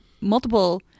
multiple